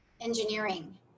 engineering